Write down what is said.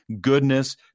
goodness